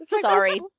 Sorry